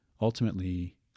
ultimately